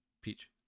Peach